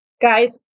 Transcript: Guys